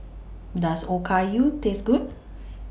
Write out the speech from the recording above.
Does Okayu Taste Good